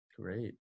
Great